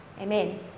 amen